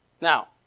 Now